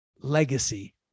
Legacy